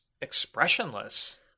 expressionless